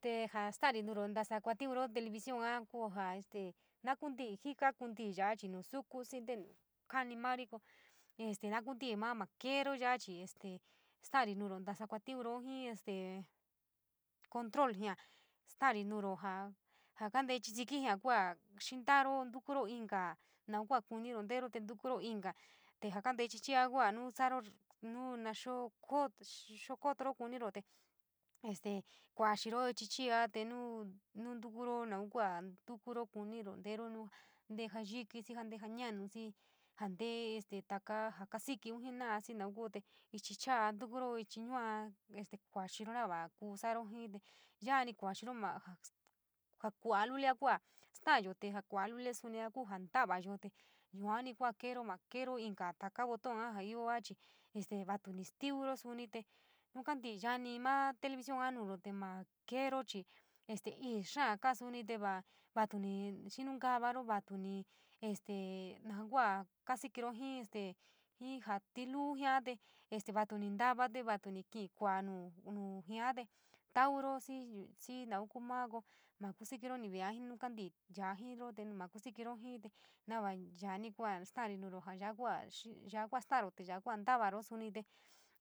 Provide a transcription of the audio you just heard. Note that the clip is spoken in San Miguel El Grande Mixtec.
Te jastari nuro ntasa kuatiuro televisión a kuu jaa este naa kuntii jika, kuntii ya’a chii nu suku xii ntenu kaani mari ko este naa kuntii maa keéro ya’a chii este staári nuuro ntasa kuatiuro, jii este control jia stari nuuro jáá kantee ichi xikí jia kuu xintaaro ntukuro inka novun kua kuniro ntero te ntukuro inka, te jaa kantee ichi chia kua jaa nuu sa’aro nu na xiakooro kuniro te este kuaxiro chii chia te nuu ntukuro naun kuu ntukuro kuniro ntero nuu te jaa yiki, xii te jaa ñahu, te jaa te’e este taka jaa kaasikiun jena’a xii naun kuu te ichi cha’a ntukuro, ichi yua kuaxiro naxa kuu sa’a jii te ya’a te kuaxiro, maa, jaa kua’a lulia kuu jaa sta’ayo jaa kua’a lulia suni kuu jaa ntavayo yua kuu jaa keero, maa keeyo kuu inka taka boton jaa ioa chii te vatoni stívíro suni, te nuu kantii ya maa televisión te maa keeru chii este ii xáá kaa suni, tee vatuni te vaa vatuni xinunkavaro vatuni este naja kua kasikiro jii este jaa tiluu jia te este vatuni ntava, te vatuni kii tee kua’a nu, nuu jiáá te tauro xii, xii naun kuu maa ko maa kusi inii ve’ea jii nuu kantii yaa jiiro te ma kusikiri jii te nava ya’a ni kuaa staari nuro ja ya’a kua xii yaa kua staaro, yaa kua ntavaro suni te